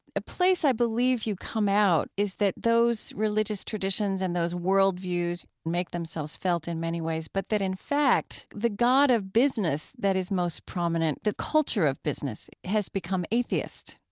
a place i believe you come out is that those religious traditions and those worldviews make themselves felt in many ways, but that, in fact, the god of business that is most prominent the culture of business has become atheist.